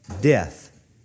Death